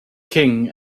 king